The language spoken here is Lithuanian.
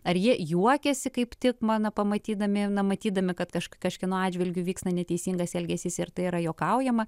ar jie juokiasi kaip tik mano pamatydami na matydami kad kažkas kažkieno atžvilgiu vyksta neteisingas elgesys ir tai yra juokaujama